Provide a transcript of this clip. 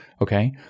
Okay